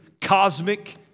cosmic